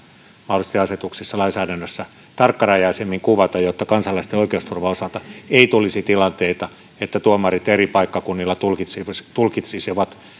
mahdollisesti asetuksissa tarkkarajaisemmin kuvata jotta kansalaisten oikeusturvan osalta ei tulisi tilanteita että tuomarit eri paikkakunnilla tulkitsisivat